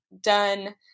done